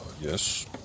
yes